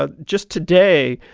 ah just today,